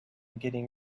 getting